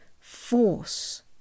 force